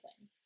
win